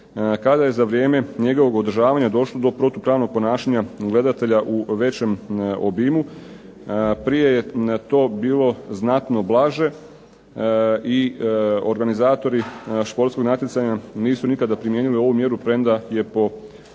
kada je za vrijeme njegovog održavanja došlo do protupravnog ponašanja gledatelja u većem obimu. Prije je to bilo znatno blaže i organizatori športskog natjecanja nisu nikada primijenili ovu mjeru, premda je